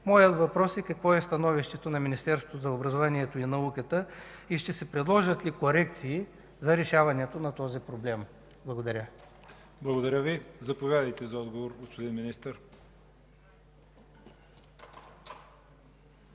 Въпросът ми е: какво е становището на Министерството на образованието и науката и ще се предложат ли корекции за решаването на този проблем? Благодаря. ПРЕДСЕДАТЕЛ ЯВОР ХАЙТОВ: Благодаря Ви. Заповядайте за отговор, господин Министър.